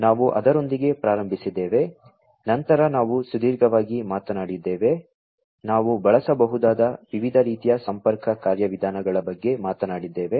ನಾವು ಅದರೊಂದಿಗೆ ಪ್ರಾರಂಭಿಸಿದ್ದೇವೆ ನಂತರ ನಾವು ಸುದೀರ್ಘವಾಗಿ ಮಾತನಾಡಿದ್ದೇವೆ ನಾವು ಬಳಸಬಹುದಾದ ವಿವಿಧ ರೀತಿಯ ಸಂಪರ್ಕ ಕಾರ್ಯವಿಧಾನಗಳ ಬಗ್ಗೆ ಮಾತನಾಡಿದ್ದೇವೆ